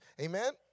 Amen